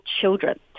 children